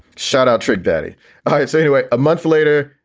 shut out trade betty sadoway. a month later,